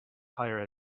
higher